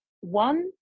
one